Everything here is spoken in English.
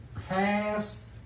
past